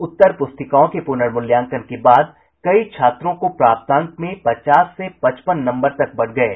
उत्तर प्रस्तिकाओं के प्रनर्मूल्यांकन के बाद कई छात्रों को प्राप्तांक में पचास से पचपन नंबर तक बढ़ गये